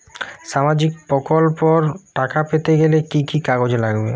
সামাজিক প্রকল্পর টাকা পেতে গেলে কি কি কাগজ লাগবে?